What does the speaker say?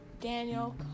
Daniel